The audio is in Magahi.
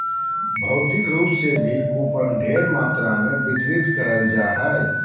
भौतिक रूप से भी कूपन ढेर मात्रा मे वितरित करल जा हय